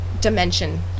dimension